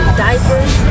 diapers